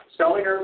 selling